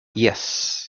yes